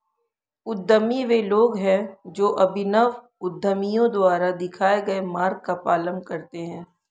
उद्यमी वे लोग हैं जो अभिनव उद्यमियों द्वारा दिखाए गए मार्ग का पालन करते हैं